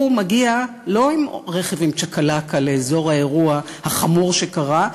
הוא לא מגיע עם רכב עם צ'קלקה לאזור האירוע החמור שקרה,